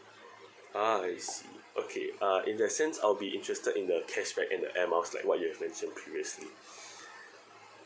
ah it's okay uh in that sense I'll be interested in the cashback and the air miles like what you have mentioned previously